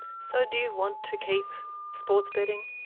so do you want to keep sports betting?